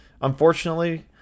unfortunately